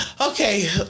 Okay